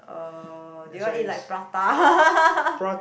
um do you want eat like prata